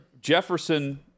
Jefferson